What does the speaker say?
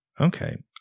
Okay